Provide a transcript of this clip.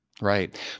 Right